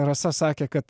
rasa sakė kad